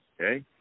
Okay